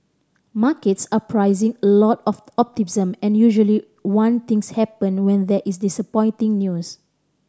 markets are pricing a lot of optimism and usually one things happen when there is disappointing news